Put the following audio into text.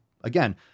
again